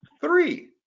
Three